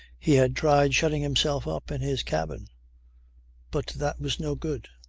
he had tried shutting himself up in his cabin but that was no good.